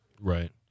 Right